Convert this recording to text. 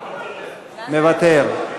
מוותר.